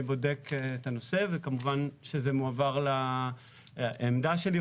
אני בודק את הנושא וכמובן שזה מועבר העמדה שלי,